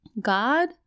God